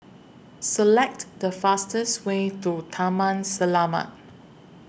Select The fastest Way to Taman Selamat